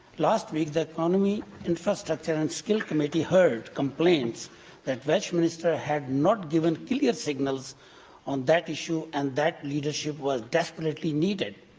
last week the economy, infrastructure and skills committee heard complaints that welsh ministers had not given clear signals on that issue, and that leadership was desperately needed.